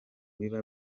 biba